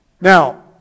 Now